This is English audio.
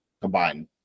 combined